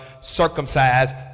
circumcised